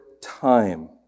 time